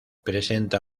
presenta